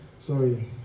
Sorry